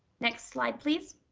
next slide, please.